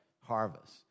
Harvest